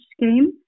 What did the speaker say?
Scheme